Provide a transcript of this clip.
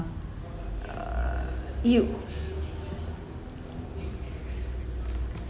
uh you